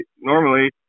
normally